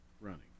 running